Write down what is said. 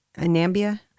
Anambia